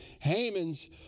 Haman's